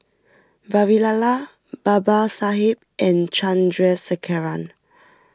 Vavilala Babasaheb and Chandrasekaran